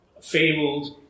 fabled